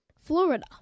Florida